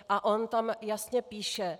A on tam jasně píše: